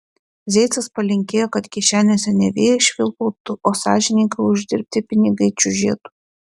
zeicas palinkėjo kad kišenėse ne vėjai švilpautų o sąžiningai uždirbti pinigai čiužėtų